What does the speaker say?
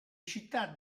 città